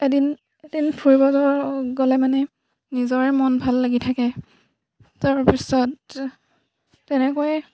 এদিন এদিন ফুৰিবলৈ গ'লে মানে নিজৰে মন ভাল লাগি থাকে তাৰপিছত তেনেকৈয়ে